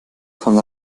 von